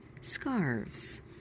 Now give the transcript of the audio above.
scarves